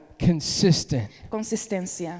consistent